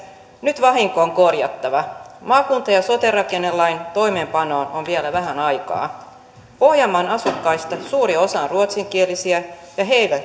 nyt vahinko on korjattava maakunta ja sote rakennelain toimeenpanoon on vielä vähän aikaa pohjanmaan asukkaista suuri osa on ruotsinkielisiä ja